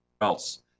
else